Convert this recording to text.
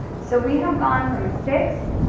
so we have gone from a six